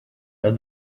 are